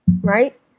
right